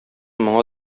моңа